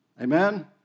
Amen